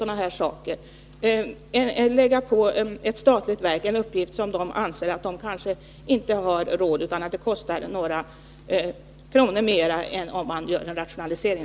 Då skulle man inte behöva lägga på statliga verk uppgifter som de — 4v SMHI:s väderkanske inte anser sig ha råd med därför att ett genomförande skulle kosta ; observationer några kronor mer än vad fallet blir om man genomför en rationalisering.